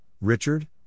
Richard